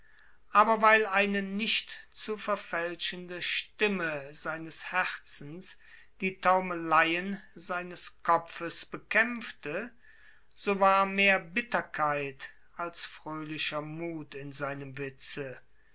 aber weil eine nicht zu verfälschende stimme seines herzens die taumeleien seines kopfes bekämpfte so war mehr bitterkeit als fröhlicher mut in seinem witze